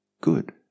good